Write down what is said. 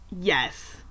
Yes